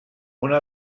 una